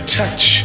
touch